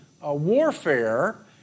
warfare